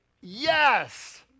Yes